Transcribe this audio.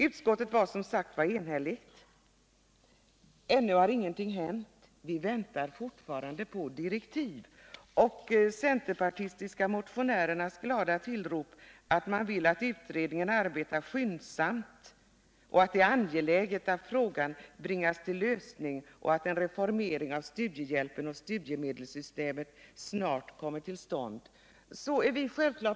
Utskottets betänkande var alltså enhälligt. Ännu har dock ingenting hänt. Vi väntar fortfarande på direktiv. De centerpartistiska motionärernas glada tillrop om att man vill att utredningen skall arbeta skyndsamt och att det är angeläget att frågan bringas till en lösning samt att en reformering av studiehjälpen och studiemedelssystemet snart kommer till stånd vill vi gärna instämma i.